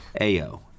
A-O